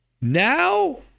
Now